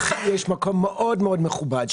לכי"ל יש מקום מאוד מאוד מכובד.